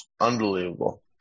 Unbelievable